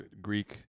greek